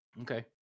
okay